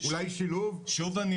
אם אין מקום לחקלאות אין שום בעיה.